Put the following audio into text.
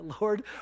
lord